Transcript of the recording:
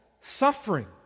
suffering